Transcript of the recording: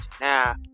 Now